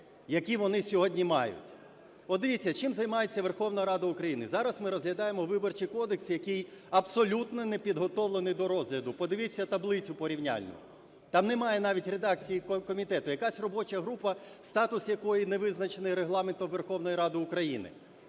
який вони сьогодні мають. Подивіться, чим займається Верховна Рада України. Зараз ми розглядаємо Виборчий кодекс, який абсолютно не підготовлений до розгляду. Подивіться таблицю порівняльну. Там немає навіть редакції комітету, якась робоча група, статус якої не визначений Регламентом Верховної Ради України.